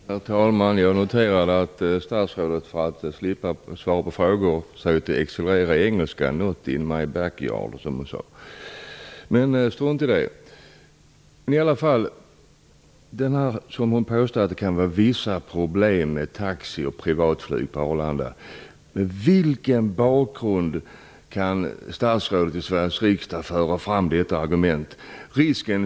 Herr talman! Jag noterade att statsrådet för att slippa svara på frågor försökte excellera i engelska. Hon sade: not in my backyard. Men strunt i det! Hon påstår att det kan vara vissa problem med taxi och privatflyg på Arlanda. Vad har statsrådet i Sveriges riksdag för bakgrundsmaterial för att föra fram detta argument?